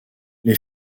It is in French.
les